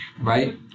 Right